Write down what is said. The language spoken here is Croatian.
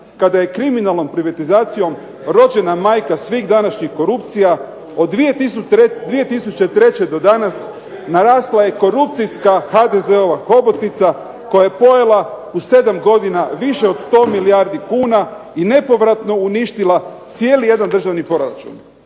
kada je kriminalnom privatizacijom rođena majka svih današnjih korupcija od 2003. do danas narasla je korupcijska HDZ-ova hobotnica koja je pojela u 7 godina više od 100 milijardi kuna i nepovratno uništila cijeli jedan državni proračun.